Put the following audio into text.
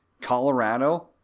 Colorado